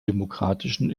demokratischen